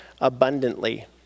abundantly